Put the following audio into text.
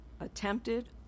attempted